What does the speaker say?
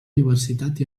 diversitat